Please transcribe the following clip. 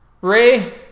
Ray